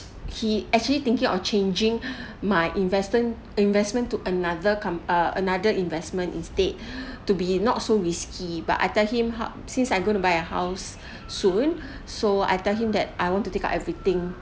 he actually thinking of changing my investment investment to another com~ uh another investment instead to be not so risky but I tell him how since I'm going to buy a house soon so I tell him that I want to take out everything